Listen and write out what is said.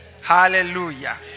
Hallelujah